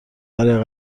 برای